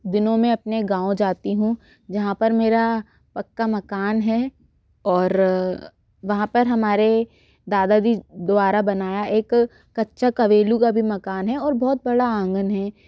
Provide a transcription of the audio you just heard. दिनों मे अपने गाँव जाती हूँ जहाँ पर मेरा पक्का मकान है और वहाँ पर हमारे दादा जी द्वारा बनाया एक कच्चा कवेली का भी मकान है और बहुत बड़ा आँगन है